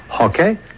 Okay